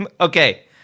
okay